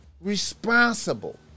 responsible